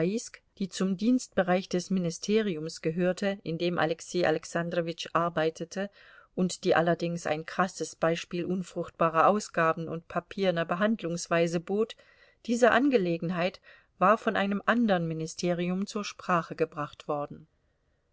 die zum dienstbereich des ministeriums gehörte in dem alexei alexandrowitsch arbeitete und die allerdings ein krasses beispiel unfruchtbarer ausgaben und papierner behandlungsweise bot diese angelegenheit war von einem andern ministerium zur sprache gebracht worden